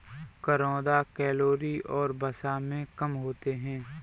करौंदा कैलोरी और वसा में कम होते हैं